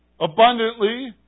Abundantly